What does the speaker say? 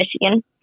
Michigan